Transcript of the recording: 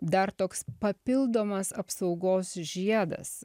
dar toks papildomas apsaugos žiedas